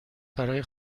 برای